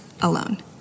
alone